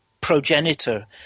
progenitor